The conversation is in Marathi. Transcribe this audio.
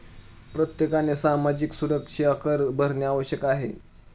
प्रत्येकाने सामाजिक सुरक्षा कर भरणे आवश्यक आहे का?